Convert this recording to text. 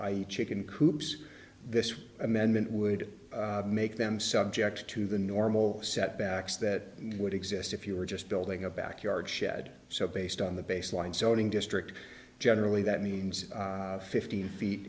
structures chicken coops this amendment would make them subject to the normal setbacks that would exist if you were just building a backyard shed so based on the baseline zoning district generally that means fifteen feet